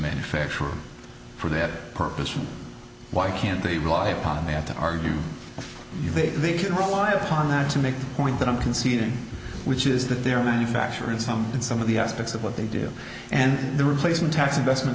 manufacturer for that purpose why can't they rely upon that to argue if you think they can rely upon that to make the point that i'm conceding which is that they're manufacturing some in some of the aspects of what they do and the replacement tax investment